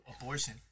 abortion